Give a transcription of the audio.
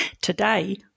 Today